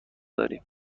داریم